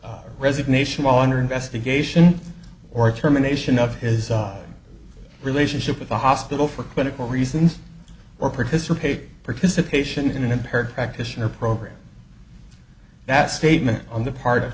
or resignation while under investigation or terminations of is relationship with the hospital for clinical reasons or participate participation in an impaired practitioner program that statement on the part of